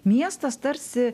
miestas tarsi